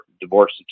divorce